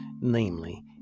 namely